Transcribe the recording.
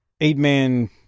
eight-man